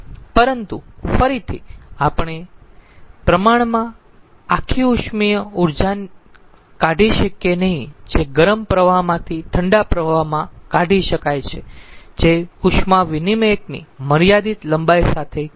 પરંતુ ફરીથી આપણે પ્રમાણમાં આખી ઉષ્મીય ઊર્જાની કાઢી શકીયે નહીં જે ગરમ પ્રવાહમાંથી ઠંડા પ્રવાહમાં કાઢી શકાય છે જે ઉષ્મા વિનીમયકની મર્યાદિત લંબાઈ સાથે કરી શકાતી નથી